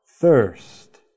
thirst